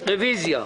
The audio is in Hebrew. רוויזיה.